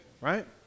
right